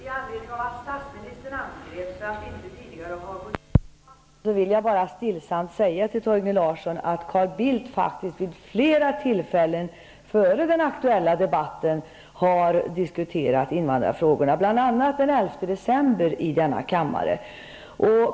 Herr talman! Med anledning av att statsministern angreps för att inte tidigare ha gått ut i debatt, vill jag bara stillsamt till Torgny Larsson säga att Carl Bildt faktiskt vid flera tillfällen före den aktuella debatten har diskuterat invandrarfrågorna, bl.a. den 11 december i denna kammare.